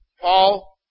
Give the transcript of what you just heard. Paul